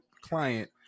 client